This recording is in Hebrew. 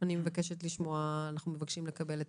אנחנו מבקשים לקבל.